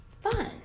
fun